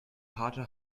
harter